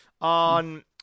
on